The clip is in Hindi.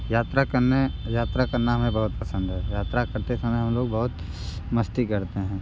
यात्रा करने यात्रा करना हमें बहुत पसंद है यात्रा करते समय हम लोग बहुत मस्ती करते हैं